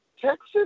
Texas